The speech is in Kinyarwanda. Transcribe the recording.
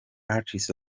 artist